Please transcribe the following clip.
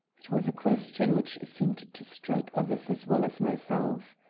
it was a question which seemed to strike others as well as myself.